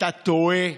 אתה טועה.